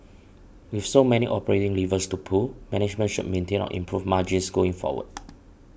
with so many operating levers to pull management should maintain or improve margins going forward